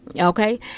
Okay